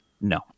no